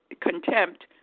contempt